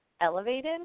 elevated